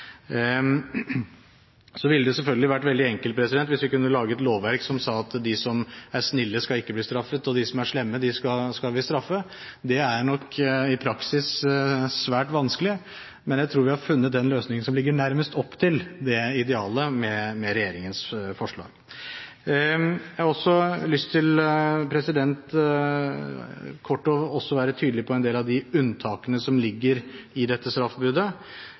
Så ville det selvfølgelig vært veldig enkelt hvis vi kunne laget lovverk som sa at de som er snille, ikke skal bli straffet, og at de som er slemme, skal vi straffe. Det er nok i praksis svært vanskelig, men jeg tror vi har funnet den løsningen som ligger nærmest opp til det idealet, med regjeringens forslag. Jeg har også lyst til – kort – å være tydelig på en del av de unntakene som ligger i dette straffebudet.